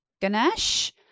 Ganesh